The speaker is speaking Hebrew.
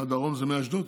מהדרום זה מאשדוד?